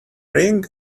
ring